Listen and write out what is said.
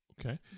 okay